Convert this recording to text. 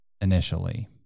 initially